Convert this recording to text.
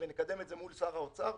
נקדם את זה מול שר האוצר,